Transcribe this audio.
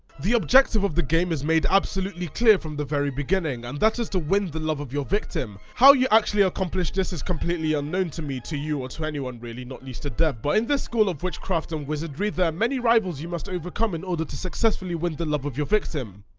the objective of the game is made absolutely clear from the very beginning, and that is to win the love of your victim, how you actually accomplish this is completely unknown to me, to you or to anyone really, not least the dev, but in this school of witchcraft and wizardry there are many rivals you must overcome in order to successfully win the love of your victim,